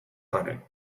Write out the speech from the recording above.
hunting